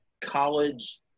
college